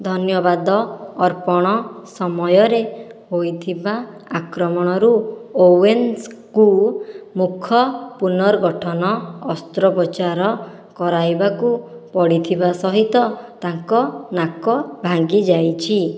ଧନ୍ୟବାଦ ଅର୍ପଣ ସମୟରେ ହୋଇଥିବା ଆକ୍ରମଣରୁ ଓୱେନ୍ସଙ୍କୁ ମୁଖ ପୁନର୍ଗଠନ ଅସ୍ତ୍ରୋପଚାର କରାଇବାକୁ ପଡ଼ିଥିବା ସହିତ ତାଙ୍କ ନାକ ଭାଙ୍ଗିଯାଇଛି